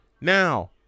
Now